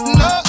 no